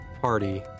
Party